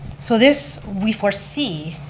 so this, we foresee,